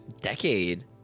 decade